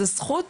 זו זכות